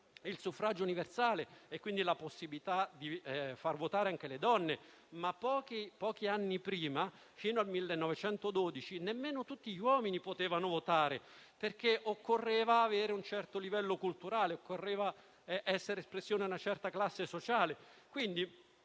il suffragio universale, quindi la possibilità di far votare anche le donne; pochi anni prima però, fino al 1912, nemmeno tutti gli uomini potevano votare, perché occorreva avere un certo livello culturale ed essere espressione di una certa classe sociale.